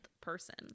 person